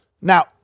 Now